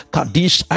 Kadish